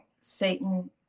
Satan